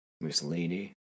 Mussolini